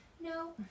No